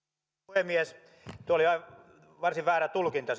puhemies tuo oli varsin väärä tulkinta